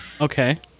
Okay